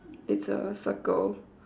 it's a circle